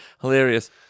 hilarious